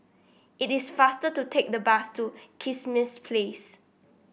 it is faster to take the bus to Kismis Place